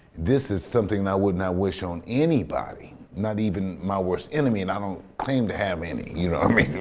this is something i would not wish on anybody not even my worst enemy. and i don't claim to have any, you know what i mean,